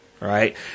right